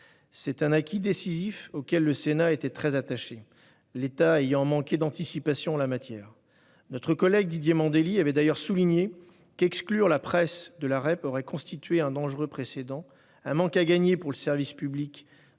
C'est un acquis décisif auquel le Sénat était très attaché, l'État ayant manqué d'anticipation en la matière. Notre collègue Didier Mandelli avait d'ailleurs souligné qu'exclure la presse de la REP aurait constitué un dangereux précédent, un manque à gagner pour le service public